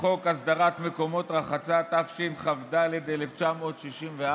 חוק הסדרת מקומות רחצה, התשכ"ד 1964,